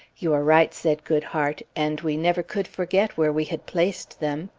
you are right, said goodhart, and we never could forget where we had placed them.